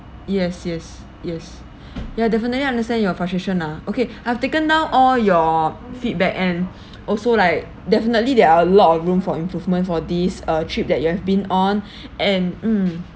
yes yes yes ya definitely understand your frustration lah okay I've taken down all your feedback and also like definitely there are a lot of room for improvement for these uh trip that you have been on and mm